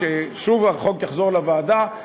כששוב החוק יחזור לוועדה,